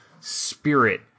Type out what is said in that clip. spirit